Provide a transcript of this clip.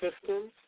systems